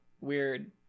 weird